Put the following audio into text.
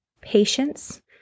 patience